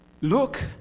look